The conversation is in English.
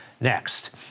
Next